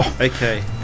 Okay